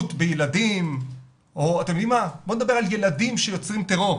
ילדים שיוצרים טרור.